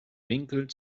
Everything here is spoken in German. winkel